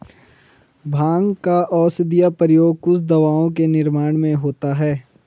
भाँग का औषधीय प्रयोग कुछ दवाओं के निर्माण में होता है